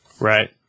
right